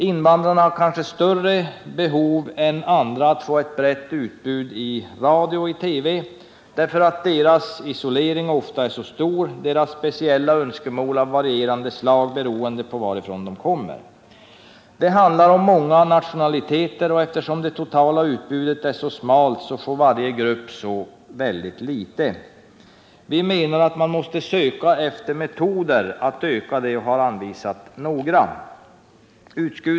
Invandrarna har kanske större behov än andra av att få ett brett utbud i radio och TV. Många av dem lever isolerat, och de har speciella önskemål av varierande slag beroende på varifrån de kommer. Det handlar alltså om många nationaliteter, och eftersom det totala utbudet för dem i radio och TV är så smalt får varje grupp så litet. Vi menar att man måste söka metoder för att öka detta utbud, och vi har anvisat några.